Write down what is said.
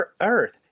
Earth